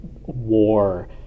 war